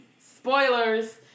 Spoilers